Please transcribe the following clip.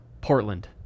Portland